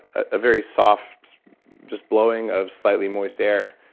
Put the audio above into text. a very soft just blowing of slightly moist air,